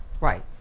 Right